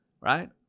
right